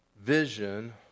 vision